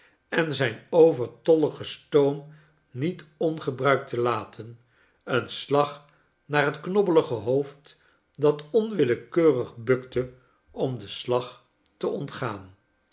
en zijn overtolligen stoom niet ongebruikt te laten een slag naar het knobbelige hoofd dat onwillekeurig bukte om den slag te ontgaan